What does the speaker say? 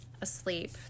Asleep